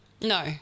No